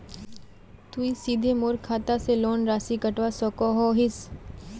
तुई सीधे मोर खाता से लोन राशि कटवा सकोहो हिस?